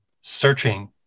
searching